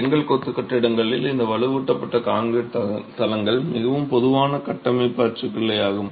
செங்கல் கொத்து கட்டிடங்களில் இந்த வலுவூட்டப்பட்ட கான்கிரீட் தளங்கள் மிகவும் பொதுவான கட்டமைப்பு அச்சுக்கலை ஆகும்